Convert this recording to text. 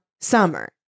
summer